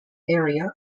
area